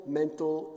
mental